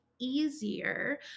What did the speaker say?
Easier